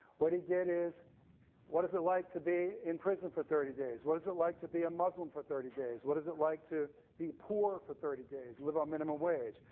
what he did is what is it like to be in prison for thirty days, what is it like to be a muslim for thirty days, what is it like to be poor for thirty days, live on minimum wage,